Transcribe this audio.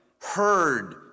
heard